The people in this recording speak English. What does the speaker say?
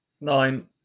nine